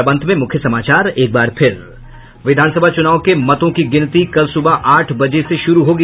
और अब अंत में मुख्य समाचार एक बार फिर विधानसभा चुनाव के मतों की गिनती कल सुबह आठ बजे से शुरू होगी